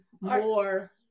more